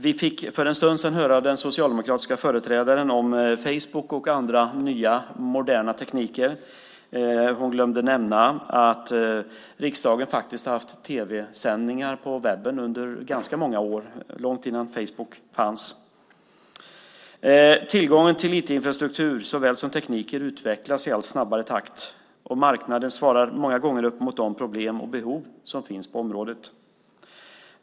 Vi fick för en stund sedan höra av den socialdemokratiska företrädaren om Facebook och andra nya moderna tekniker. Hon glömde nämna att riksdagen faktiskt har haft tv-sändningar på webben under ganska många år, långt innan Facebook fanns. Tillgången till IT-infrastruktur såväl som tekniker utvecklas i allt snabbare takt. Marknaden svarar många gånger upp mot de problem och behov som finns på området.